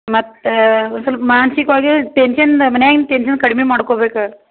ಮತ್ತು ಸೊಲ್ಪ ಮಾನ್ಸಿಕವಾಗೆ ಟೆನ್ಶನ್ದ ಮನ್ಯಾಗಿನ ಟೆನ್ಶನ್ ಕಡ್ಮಿ ಮಾಡ್ಕೊಬೇಕು